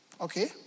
Okay